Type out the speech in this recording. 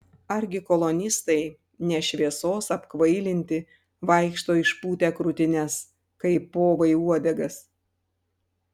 argi kolonistai ne šviesos apkvailinti vaikšto išpūtę krūtines kaip povai uodegas